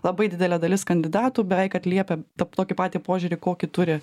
labai didelė dalis kandidatų beveik atliepia tą tokį patį požiūrį kokį turi